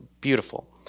beautiful